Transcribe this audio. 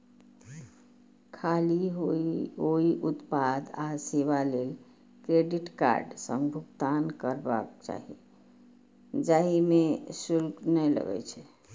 खाली ओइ उत्पाद आ सेवा लेल क्रेडिट कार्ड सं भुगतान करबाक चाही, जाहि मे शुल्क नै लागै छै